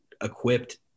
equipped